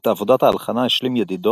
את עבודת ההלחנה השלים ידידו